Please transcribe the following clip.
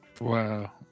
Wow